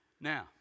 Now